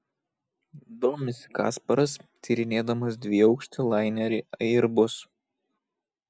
domisi kasparas tyrinėdamas dviaukštį lainerį airbus